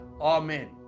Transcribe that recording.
amen